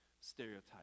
stereotype